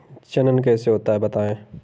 जनन कैसे होता है बताएँ?